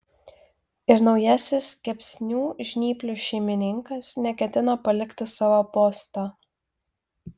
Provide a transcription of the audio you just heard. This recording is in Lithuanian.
ir naujasis kepsnių žnyplių šeimininkas neketino palikti savo posto